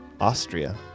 Austria